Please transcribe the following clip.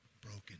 Broken